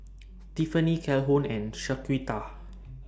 Tiffanie Calhoun and Shaquita